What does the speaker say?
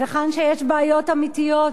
היכן שיש בעיות אמיתיות,